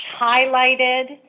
highlighted